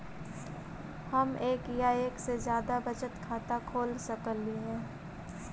हम एक या एक से जादा बचत खाता खोल सकली हे?